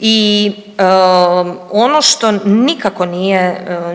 i ono što nikako